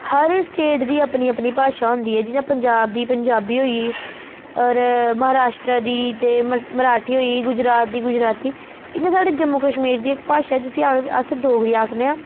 हर state दी अपनी अपनी भाशा होंदी ऐ जि'यां पंजाब दी पंजाबी होई गेई और महाराश्ट्र दी ते मराठी होई गेई गुजरात दी गुजरती इ'यां साढ़े जम्मू कश्मीर दी इक भाशा जिसी आख अस डोगरी आखने आं